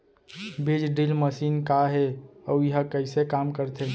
बीज drill machine का हे अऊ एहा कइसे काम करथे?